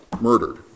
murdered